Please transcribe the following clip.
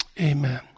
Amen